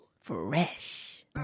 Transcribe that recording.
Fresh